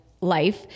life